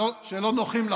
שלא נוחים לכם.